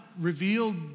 revealed